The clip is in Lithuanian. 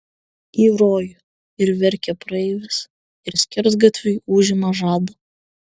į rojų ir verkia praeivis ir skersgatviui užima žadą